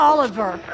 Oliver